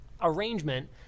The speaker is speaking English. arrangement